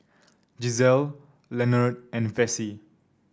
Gisele Lenord and Vessie